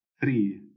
three